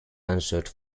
answered